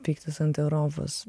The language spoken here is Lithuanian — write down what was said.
pyktis ant europos